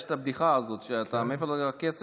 יש את הבדיחה הזאת: מאיפה אתה מביא את הכסף?